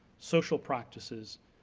social practices,